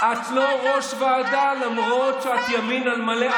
את לא ראש ועדה, למרות שאת ימין על מלא.